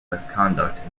misconduct